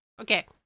Okay